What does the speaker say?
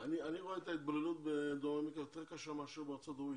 אני רואה את ההתבוללות בדרום אמריקה יותר קשה מאשר בארצות הברית,